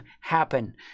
happen